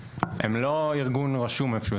הם לא ארגון רשום איפה שהוא.